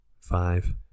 five